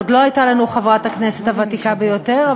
עוד לא היה לנו חברת הכנסת הוותיקה ביותר,